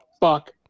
fuck